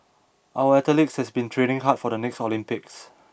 our athletes have been training hard for the next Olympics